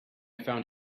found